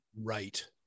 Right